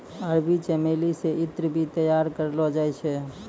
अरबी चमेली से ईत्र भी तैयार करलो जाय छै